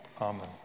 Amen